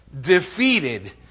defeated